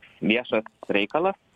viešas reikalas